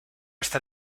está